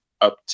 up